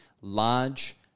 large